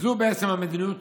וזו בעצם המדיניות